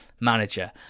manager